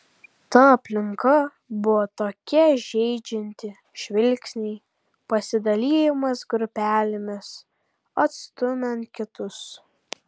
ta aplinka buvo tokia žeidžianti žvilgsniai pasidalijimas grupelėmis atstumiant kitus